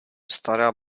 stará